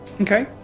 Okay